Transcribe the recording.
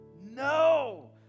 No